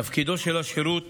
תפקידו של השירות